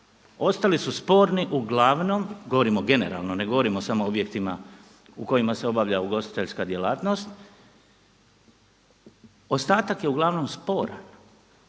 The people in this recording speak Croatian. Ostali su sporni uglavnom, govorimo generalno, ne govorimo samo o objektima u kojima se obavlja ugostiteljska djelatnost, ostatak je uglavnom sporan.